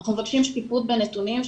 אנחנו מבקשים שקיפות בנתונים,